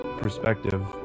perspective